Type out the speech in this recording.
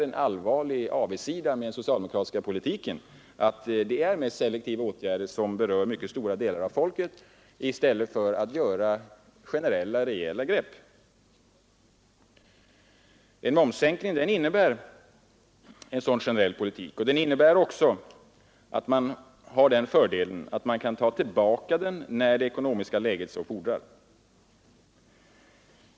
En allvarlig avigsida med den socialdemokratiska politiken är att man mest vidtar selektiva åtgärder som berör mycket stora delar av folket i stället för att ta generella, rejäla grepp. En momssänkning innebär en sådan generell politik, och den har även fördelen att man kan ta tillbaka den när det ekonomiska läget så fordrar.